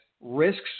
risks